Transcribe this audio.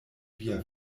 via